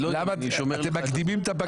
אתם מקדימים את הפגרה.